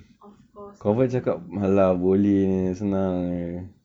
of course can